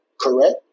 Correct